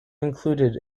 included